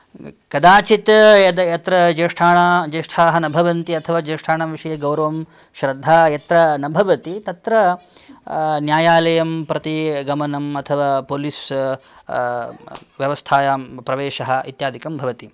कदाचित् यद् यत्र ज्येष्ठानां ज्येष्ठाः न भवन्ति अथवा ज्येष्ठानां विषये गौरवं श्रद्धा यत्र न भवति तत्र न्यायलयं प्रति गमनम् अथवा पोलिस् व्यवस्थायां प्रवेशः इत्यादिकं भवति